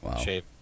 shape